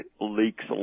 leaks